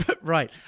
Right